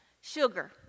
Sugar